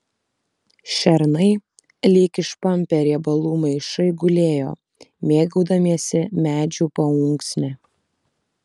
šernai lyg išpampę riebalų maišai gulėjo mėgaudamiesi medžių paunksne